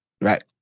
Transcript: Right